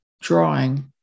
drawing